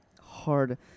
hard